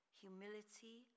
humility